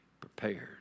prepared